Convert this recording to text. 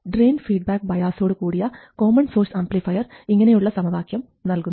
drain feedback ബയാസോടു കൂടിയ common source amplifier ഇങ്ങനെയുള്ള സമവാക്യം നൽകുന്നു